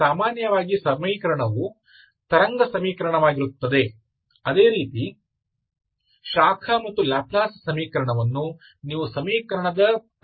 ಸಾಮಾನ್ಯವಾಗಿ ಸಮೀಕರಣವು ತರಂಗ ಸಮೀಕರಣವಾಗಿರುತ್ತದೆ ಅದೇ ರೀತಿ ಶಾಖ ಮತ್ತು ಲ್ಯಾಪ್ಲೇಸ್ ಸಮೀಕರಣವನ್ನು ನೀವು ಸಮೀಕರಣದ ಪ್ರಕಾರವನ್ನು ಆಧರಿಸಿ ಪಡೆಯಬಹುದು